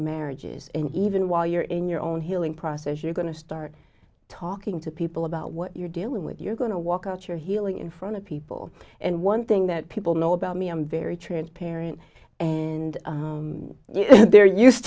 marriages and even while you're in your own healing process you're going to start talking to people about what you're dealing with you're going to walk out you're healing in front of people and one thing that people know about me i'm very transparent and they're used